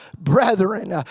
brethren